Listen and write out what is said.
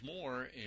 more